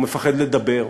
הוא מפחד לדבר,